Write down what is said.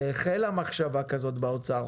החלה מחשבה כזאת במשרד